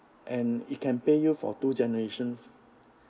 and it can pay you for two generation